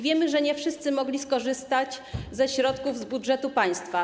Wiemy, że nie wszyscy mogli skorzystać ze środków z budżetu państwa.